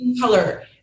color